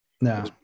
no